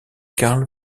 carl